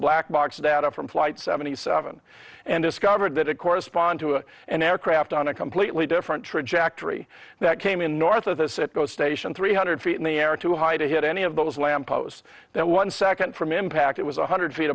black box data from flight seventy seven and discovered that it correspond to an aircraft on a completely different trajectory that came in north of this it goes station three hundred feet in the air too high to hit any of those lampposts that one second from impact it was one hundred feet